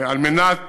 על מנת